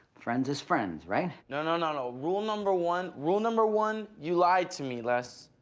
friends is friends, right? no, no, no, no, rule number one, rule number one, you lied to me, les.